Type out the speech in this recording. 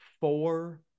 four